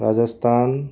Rajasthan